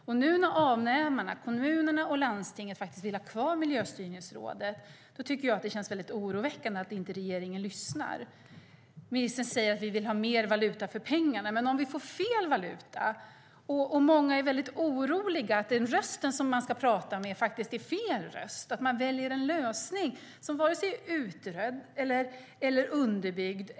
När nu avnämarna, kommunerna och landstingen, vill ha kvar Miljöstyrningsrådet känns det oroväckande att regeringen inte lyssnar. Ministern säger att man vill ha mer valuta för pengarna, men tänk om vi får fel valuta. Många är oroliga för att den röst de ska prata med är fel röst och att ni väljer en lösning som varken är utredd eller underbyggd.